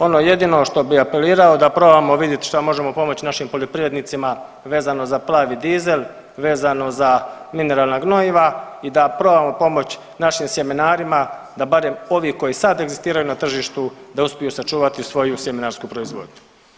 Ono jedino što bi apelirao da probamo vidjeti što možemo pomoći našim poljoprivrednicima vezano za plavi dizel, vezano za mineralna gnojiva i da probamo pomoći našim sjemenarima da barem ovi koji sad egzistiraju na tržištu da uspiju sačuvati svoju sjemenarsku proizvodnju.